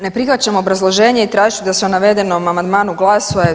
Ne prihvaćam obrazloženje i tražit ću da se o navedenom Amandmanu glasuje.